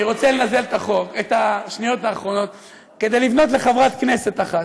אני רוצה לנצל את השניות האחרונות כדי לפנות לחברת כנסת אחת,